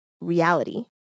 reality